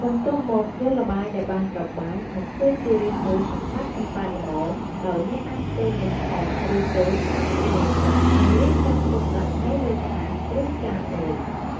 បន្ទាប់មកយកល្បាយដែលបានច្របាច់ មកធ្វើជារាងមូលសំប៉ែតៗល្មម ដោយអ្នកអាចធ្វើនំធំ ឬតូចតាមចំណូលចិត្ត នឹងរៀបចំទុកដាក់នៅលើថាស ឬចានមួយ។